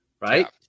right